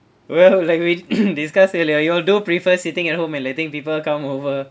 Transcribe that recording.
well like we discussed earlier you all do prefer sitting at home and letting people come over